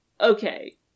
Okay